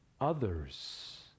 Others